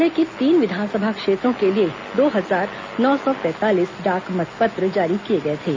जिले की तीन विधानसभा क्षेत्रों के लिए दो हजार नौ सौ पैंतालीस डाक मतपत्र जारी किए गए थे